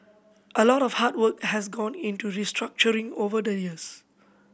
a lot of hard work has gone into restructuring over the years